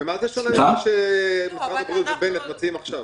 האיחוד הלאומי): במה זה שונה ממה שמשרד הבריאות ובנט מציעים עכשיו?